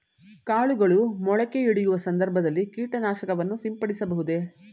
ಕಾಳುಗಳು ಮೊಳಕೆಯೊಡೆಯುವ ಸಂದರ್ಭದಲ್ಲಿ ಕೀಟನಾಶಕವನ್ನು ಸಿಂಪಡಿಸಬಹುದೇ?